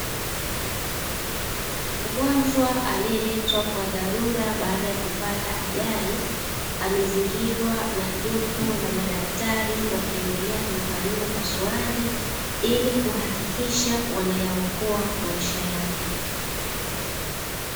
Mgonjwa aliye letwa kwa dharura baada ya kupata ajali, amezingirwa na jopo la madaktari wakiendelea kumfanyia upasuaji ili kuhakikisha wanayaokoa maisha yake.